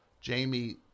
Jamie